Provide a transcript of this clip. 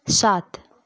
सात